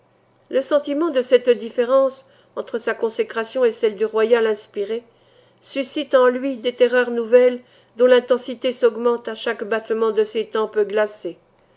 le sentiment de cette différence entre sa consécration et celle du royal inspiré suscite en lui des terreurs nouvelles dont l'intensité s'augmente à chaque battement de ses tempes glacées